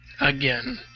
Again